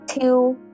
two